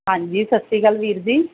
ਹਾਂਜੀ ਸਤਿ ਸ਼੍ਰੀ ਅਕਾਲ ਵੀਰ ਜੀ